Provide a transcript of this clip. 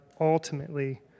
Ultimately